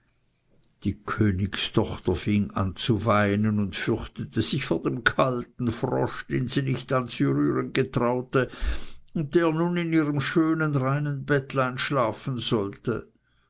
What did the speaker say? die königstochter fing an zu weinen und fürchtete sich vor dem kalten frosch den sie nicht anzurühren getraute und der nun in ihrem schönen reinen bettlein schlafen sollte